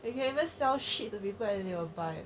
you can even sell shit to people and they will buy